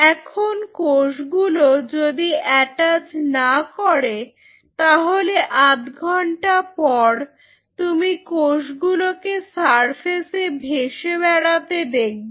এখন কোষ গুলো যদি অ্যাটাচ না করে তাহলে আধ ঘন্টা পর তুমি কোষগুলোকে সারফেসে ভেসে বেড়াতে দেখবে